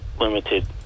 limited